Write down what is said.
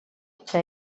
que